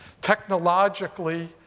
technologically